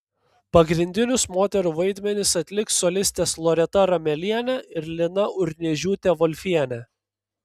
pagrindinius moterų vaidmenis atliks solistės loreta ramelienė ir lina urniežiūtė volfienė